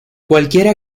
cualquiera